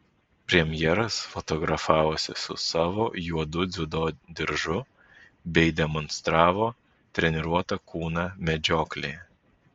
premjeras fotografavosi su savo juodu dziudo diržu bei demonstravo treniruotą kūną medžioklėje